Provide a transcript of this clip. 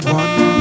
one